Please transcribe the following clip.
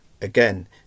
Again